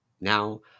now